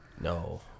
No